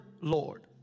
Lord